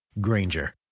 Granger